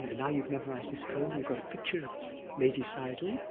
now you've memorized this poem. you got a picture of ledi sayadaw,